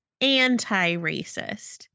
anti-racist